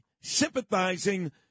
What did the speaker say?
sympathizing